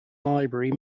library